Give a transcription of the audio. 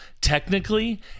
technically